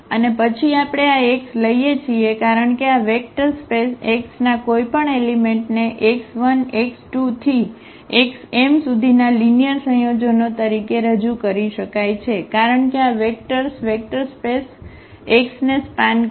અને પછી આપણે આ x લઈએ છીએ કારણ કે આ વેક્ટર સ્પેસ x ના કોઈપણ એલિમેંટને x1x2xm ના લિનિયર સંયોજનો તરીકે રજૂ કરી શકાય છે કારણ કે આ વેક્ટર્સ વેક્ટર સ્પેસ X ને સ્પાન કરે છે